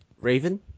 Raven